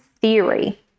theory